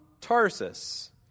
Tarsus